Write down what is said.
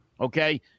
Okay